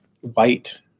White